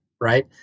right